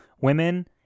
women